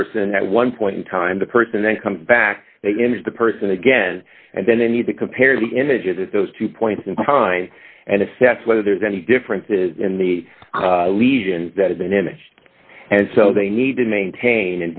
person at one point in time the person then comes back into the person again and then they need to compare the images those two points in time and assess whether there's any differences in the lesion that is an image and so they need to maintain